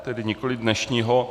Tedy nikoliv dnešního.